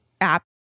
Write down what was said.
app